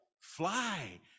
fly